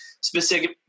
specific